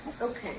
Okay